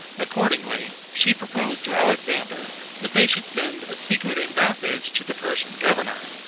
accordingly, she proposed to alexander that they should send a secret embassage to the persian governor,